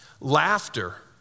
Laughter